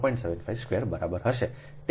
75 square બરાબર હશે